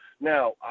Now